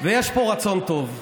ויש פה רצון טוב.